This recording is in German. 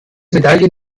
medaillen